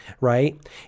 right